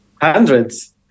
Hundreds